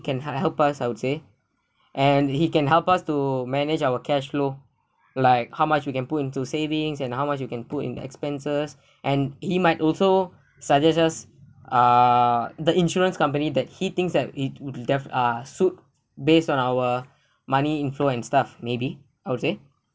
can help help us I would say and he can help us to manage our cash flow like how much you can put into savings and how much you can put in expenses and he might also suggest us ah the insurance company that he thinks that it would def~ uh suit based on our money inflows and stuff maybe I would say